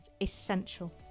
essential